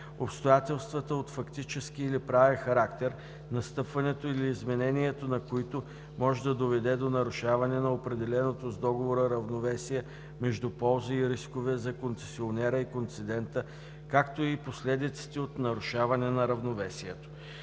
обстоятелствата от фактически или правен характер, настъпването или изменението на които може да доведе до нарушаване на определеното с договора равновесие между ползи и рискове за концесионера и концедента, както и последиците от нарушаване на равновесието;